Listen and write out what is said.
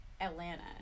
Atlanta